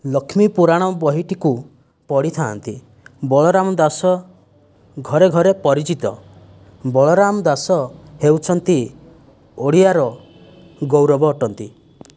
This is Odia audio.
ଲକ୍ଷ୍ମୀ ପୁରାଣ ବହିଟିକୁ ପଢ଼ିଥାନ୍ତି ବଳରାମ ଦାସ ଘରେ ଘରେ ପରିଚିତ ବଳରାମ ଦାସ ହେଉଛନ୍ତି ଓଡ଼ିଆର ଗୌରବ ଅଟନ୍ତି